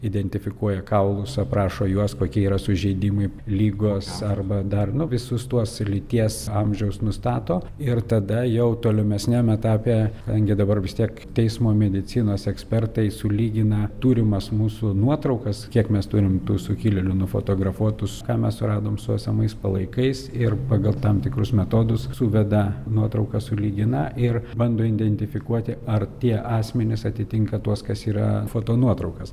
identifikuoja kaulus aprašo juos kokie yra sužeidimai ligos arba dar nu visus tuos lyties amžiaus nustato ir tada jau tolimesniam etape ten gi dabar vis tiek teismo medicinos ekspertai sulygina turimas mūsų nuotraukas kiek mes turim tų sukilėlių nufotografuotus ką mes suradom su esamais palaikais ir pagal tam tikrus metodus suveda nuotraukas sulygina ir bando identifikuoti ar tie asmenys atitinka tuos kas yra fotonuotraukuose